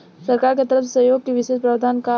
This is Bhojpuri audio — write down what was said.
सरकार के तरफ से सहयोग के विशेष प्रावधान का हई?